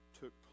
took